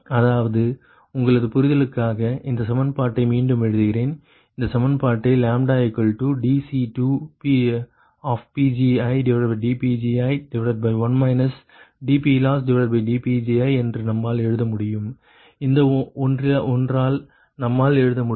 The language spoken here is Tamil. அதாவது உங்களது புரிதலுக்காக இந்த சமன்பாட்டை மீண்டும் எழுதுகிறேன் இந்த சமன்பாட்டை dCidPgi1 dPLossdPgi என்று நம்மால் எழுத முடியும் இந்த ஒன்றால் நம்மால் எழுத முடியும்